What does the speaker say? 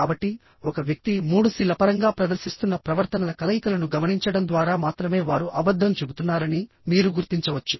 కాబట్టి ఒక వ్యక్తి మూడు సి ల పరంగా ప్రదర్శిస్తున్న ప్రవర్తనల కలయికలను గమనించడం ద్వారా మాత్రమే వారు అబద్ధం చెబుతున్నారని మీరు గుర్తించవచ్చు